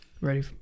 Ready